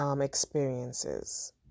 experiences